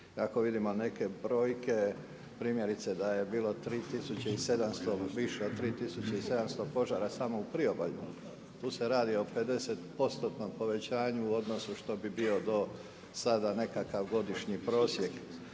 Kako vidimo neke brojke, primjerice da je bilo 3700, više od 3700 požara samo u priobalju. Tu se radi o 50%-tnom povećanju u odnosu što bi bio do sada nekakav godišnji prosjek.